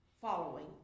following